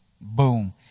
Boom